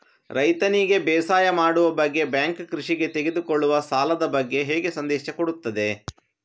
ರೈತನಿಗೆ ಬೇಸಾಯ ಮಾಡುವ ಬಗ್ಗೆ ಬ್ಯಾಂಕ್ ಕೃಷಿಗೆ ತೆಗೆದುಕೊಳ್ಳುವ ಸಾಲದ ಬಗ್ಗೆ ಹೇಗೆ ಸಂದೇಶ ಕೊಡುತ್ತದೆ?